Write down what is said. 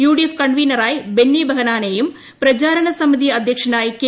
U D F കൺവീനറായി ബെന്നി ബഹനാനേയും പ്രചാരണ സമിതി അധ്യക്ഷനായി കെ